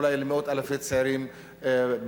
אולי למאות אלפי צעירים במדינה.